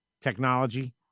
technology